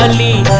and me